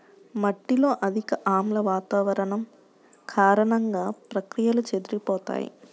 మట్టిలో అధిక ఆమ్ల వాతావరణం కారణంగా, ప్రక్రియలు చెదిరిపోతాయి